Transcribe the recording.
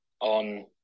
on